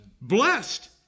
Blessed